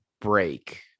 break